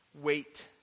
Wait